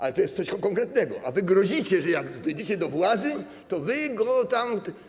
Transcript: Ale to jest coś konkretnego, a wy grozicie, że jak dojdziecie do władzy, to wy go tam.